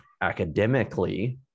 Academically